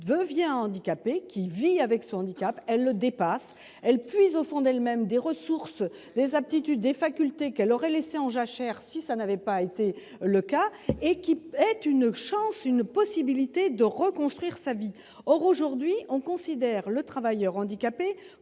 devient handicapée qui vit avec son handicap, elle le dépasse, elle puise au fond d'elle-même des ressources les aptitudes des facultés qu'elle aurait laissé en jachère, si ça n'avait pas été le cas équipe est une chance, une possibilité de reconstruire sa vie, or aujourd'hui on considère le travailleur handicapé